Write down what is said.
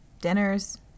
Dinners